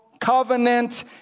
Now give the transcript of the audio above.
covenant